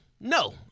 no